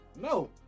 No